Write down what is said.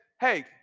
hey